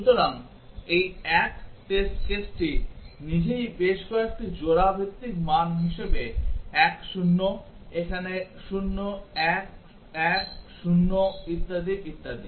সুতরাং এই 1 টেস্ট কেসটি নিজেই বেশ কয়েকটি জোড়া ভিত্তিক মান হিসাবে 1 0 এখানে 0 1 1 0 ইত্যাদি ইত্যাদি